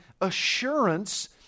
assurance